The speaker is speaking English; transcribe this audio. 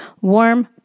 warm